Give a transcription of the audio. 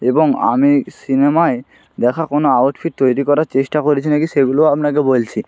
এবং আমি সিনেমায় দেখা কোনো আউটফিট তৈরি করার চেষ্টা করেছি না কি সেগুলো আপনাকে বলছি